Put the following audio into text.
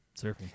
Surfing